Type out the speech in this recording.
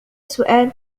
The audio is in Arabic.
سؤال